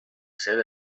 cel